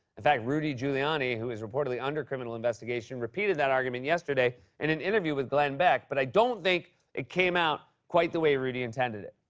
in fact, rudy giuliani, who is reportedly under criminal investigation, repeated that argument yesterday in an interview with glenn beck, but i don't think it came out quite the way rudy intended it.